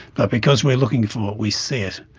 but because we are looking for it, we see it,